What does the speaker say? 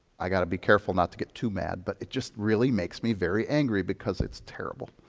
i got to be careful not to get too mad, but it just really makes me very angry because it's terrible.